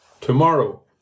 tomorrow